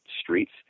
streets